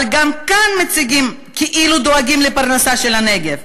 אבל גם כאן, מציגים כאילו דואגים לפרנסה של הנגב.